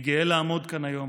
אני גאה לעמוד כאן היום